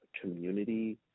community